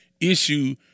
issue